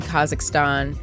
Kazakhstan